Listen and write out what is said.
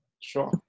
Sure